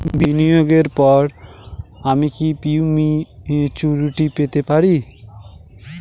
বিনিয়োগের পর আমি কি প্রিম্যচুরিটি পেতে পারি?